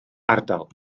ardal